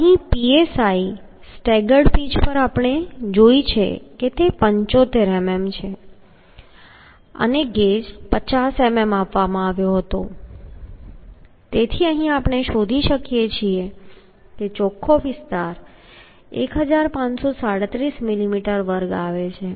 તો અહીં psi staggered pitch આપણે જોઈ છે કે તે 75 મીમી છે અને ગેજ 50 મીમી આપવામાં આવ્યો હતો તેથી આપણે શોધી શકીએ કે ચોખ્ખો વિસ્તાર 1537 મીલીમીટર વર્ગ આવે છે